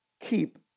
keep